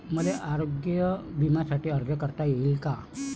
मले आरोग्य बिम्यासाठी अर्ज करता येईन का?